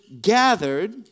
gathered